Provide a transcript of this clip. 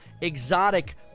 exotic